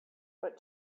but